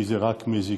כי זה רק מזיק,